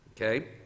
okay